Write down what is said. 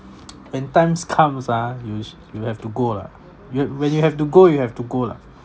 when times comes ah yous you have to go lah you when you have to go you have to go lah